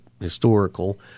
historical